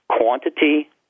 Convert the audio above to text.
quantity